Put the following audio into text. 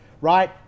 right